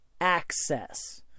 access